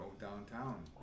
downtown